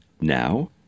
now